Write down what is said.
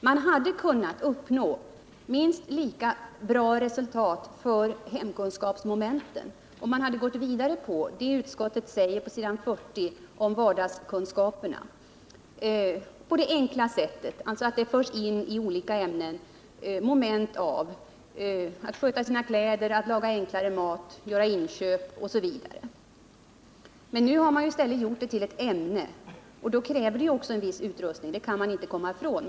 Man hade kunnat uppnå minst lika bra resultat för hemkunskapsmomenten om man hade gått vidare på det som utskottet säger på s. 40 om vardagskunskaperna, att de på ett enkelt sätt förs in i olika ämnesmoment, t.ex. att sköta sina kläder, laga enklare mat, göra inköp osv. Men nu har man i stället gjort det till ett ämne och då kräver det också en viss utrustning, det kan man inte komma ifrån.